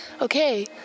Okay